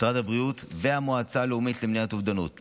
משרד הבריאות והמועצה הלאומית למניעת אובדנות מדגישים,